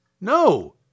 No